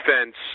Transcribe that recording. defense